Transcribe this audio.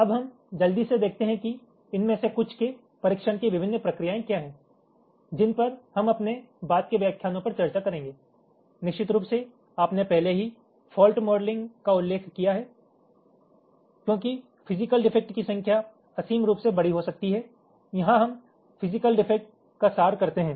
अब हम जल्दी से देखते हैं कि इनमें से कुछ के परीक्षण की विभिन्न प्रक्रियाएं क्या हैं जिन पर हम अपने बाद के व्याख्यानों पर चर्चा करेंगे निश्चित रूप से आपने पहले ही फॉल्ट मॉडलिंग का उल्लेख किया है क्योंकि फिजिकल डिफेक्ट की संख्या असीम रूप से बड़ी हो सकती है यहाँ हम फिजिकल डिफेक्ट का सार करते हैं